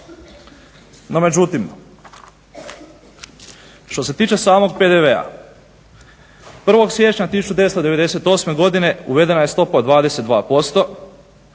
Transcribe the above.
No međutim, što se tiče samog PDV 1. siječnja 1998. godine uvedena je stopa od